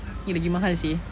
ni lagi mahal seh